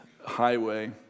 highway